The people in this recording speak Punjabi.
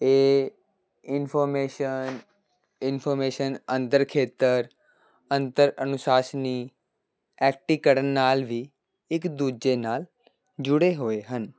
ਇਹ ਇਨਫੋਰਮੇਸ਼ਨ ਇਨਫੋਰਮੇਸ਼ਨ ਅੰਤਰ ਖੇਤਰ ਅੰਤਰ ਅਨੁਸ਼ਾਸਨੀ ਐਕਟੀਕਰਨ ਨਾਲ ਵੀ ਇੱਕ ਦੂਜੇ ਨਾਲ ਜੁੜੇ ਹੋਏ ਹਨ